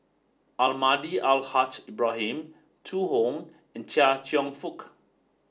Almahdi Al Haj Ibrahim Zhu Hong and Chia Cheong Fook